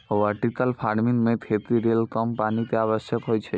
vertical farming मे खेती लेल कम पानि के आवश्यकता होइ छै